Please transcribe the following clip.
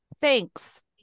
Thanks